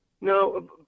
No